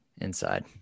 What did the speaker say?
Inside